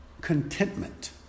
contentment